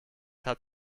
hat